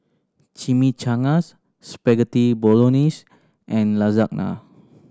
Chimichangas Spaghetti Bolognese and Lasagna